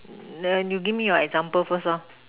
you give me your example first